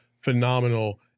phenomenal